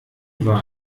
war